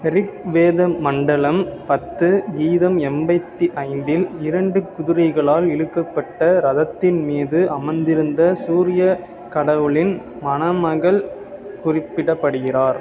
rig Veda மண்டலம் பத்து கீதம் எண்பத்து ஐந்து இல் இரண்டு குதிரைகளால் இழுக்கப்பட்ட ரதத்தின் மீது அமர்ந்திருந்த சூரியக் கடவுளின் மணமகள் குறிப்பிடப்படுகிறார்